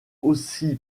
aussi